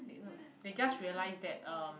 they no they just realised that erm